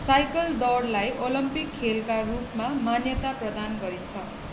cycle दौडलाई Olympic खेलका रूपमा मान्यता प्रदान गरिन्छ